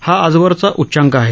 हा आजवरच्या उच्चांक आहे